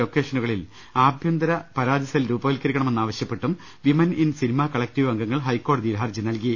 ലോക്കേഷനുകളിൽ ആഭ്യന്തര പരാതിസെൽ രൂപവൽക്കരിക്കണമെന്നാവശ്യപ്പെട്ടും വിമൻ ഇൻ സിനിമാ കളക്ടീവ് അംഗങ്ങൾ ഹൈക്കോടതിയിൽ ഹർജി നൽകി